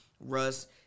Russ